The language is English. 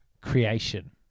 creation